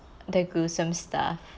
the gruesome stuff